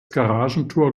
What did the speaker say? garagentor